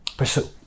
pursue